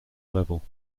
level